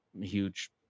huge